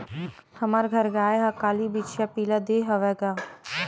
हमर घर गाय ह काली बछिया पिला दे हवय गा